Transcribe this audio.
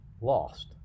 lost